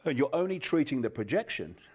ah you are only treating the projection,